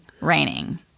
raining